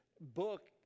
book